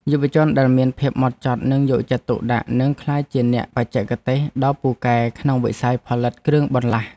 យុវជនដែលមានភាពហ្មត់ចត់និងយកចិត្តទុកដាក់នឹងអាចក្លាយជាអ្នកបច្ចេកទេសដ៏ពូកែក្នុងវិស័យផលិតគ្រឿងបន្លាស់។